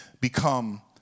become